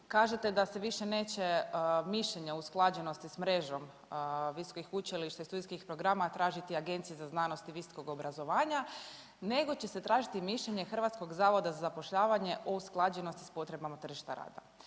kažete da se više neće mišljenja usklađenosti sa mrežom visokih učilišta i studijskih programa tražiti Agencija za znanost i visokog obrazovanja nego će se tražiti mišljenje Hrvatskog zavoda za zapošljavanje o usklađenosti sa potrebama tržišta rada.